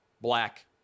black